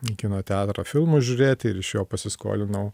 į kino teatrą filmų žiūrėti ir iš jo pasiskolinau